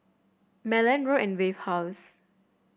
Malan Road and Wave House